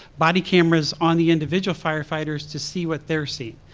body cameras on the individual firefighters to see what they're seeing.